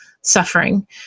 suffering